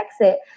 exit